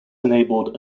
enabled